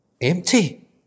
empty